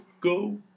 go